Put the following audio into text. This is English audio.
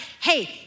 hey